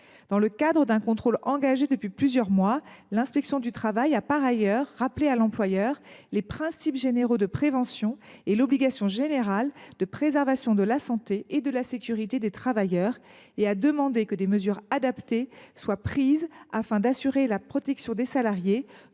Dans le cadre d’un contrôle engagé depuis plusieurs mois, l’inspection du travail a par ailleurs rappelé à l’employeur les principes généraux de prévention et l’obligation générale de préservation de la santé et de la sécurité des travailleurs. Elle a demandé que des mesures adaptées soient prises afin d’assurer la protection des salariés,